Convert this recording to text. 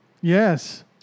Yes